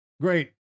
Great